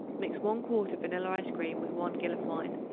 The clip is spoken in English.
mix one quart of vanilla ice-cream with one gill of wine,